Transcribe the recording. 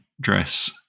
dress